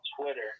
Twitter